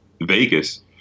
Vegas